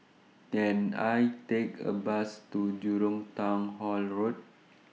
Can I Take A Bus to Jurong Town Hall Road